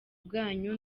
bwanyu